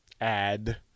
add –